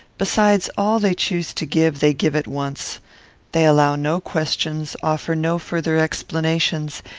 besides, all they choose to give they give at once they allow no questions, offer no further explanations,